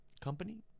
Company